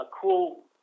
cool